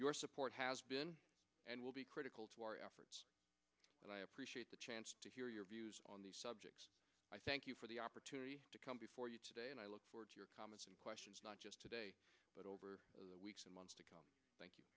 your support has been and will be critical to our efforts and i appreciate the chance to hear your views on the subject i thank you for the opportunity to come before you today and i look forward to your comments and questions not just today but over the weeks and months to